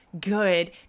good